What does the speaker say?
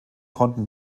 konnten